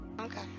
okay